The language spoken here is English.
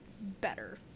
better